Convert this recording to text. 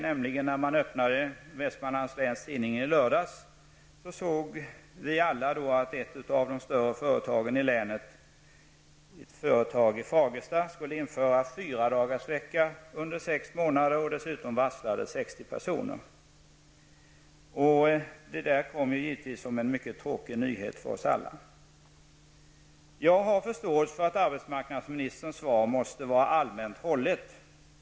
När vi öppnade Vestmanlands Läns Tidning i lördags såg vi alla att ett av de större företagen i länet, ett företag i Fagersta, skulle införa fyradagarsvecka under sex månader. Dessutom varslades 60 personer. Det kom givetvis som en mycket tråkig nyhet för oss alla. Jag har förståelse för att arbetsmarknadsministerns svar måste vara allmänt hållet.